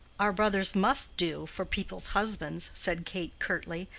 our brothers must do for people's husbands, said kate, curtly,